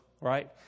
right